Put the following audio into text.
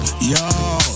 yo